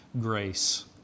grace